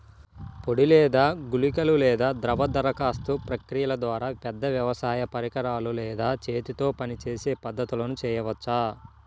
పొడి లేదా గుళికల లేదా ద్రవ దరఖాస్తు ప్రక్రియల ద్వారా, పెద్ద వ్యవసాయ పరికరాలు లేదా చేతితో పనిచేసే పద్ధతులను చేయవచ్చా?